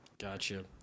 Gotcha